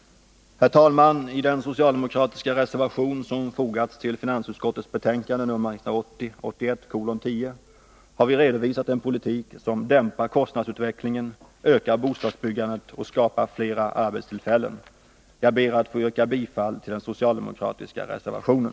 Herr talman! I den socialdemokratiska reservation som fogats till 145 finansutskottets betänkande nr 1980/81:10 har vi redovisat en politik som dämpar kostnadsutvecklingen, ökar bostadsbyggandet och skapar fler arbetstillfällen. Jag ber att få yrka bifall till den reservationen.